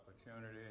Opportunity